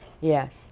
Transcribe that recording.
Yes